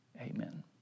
amen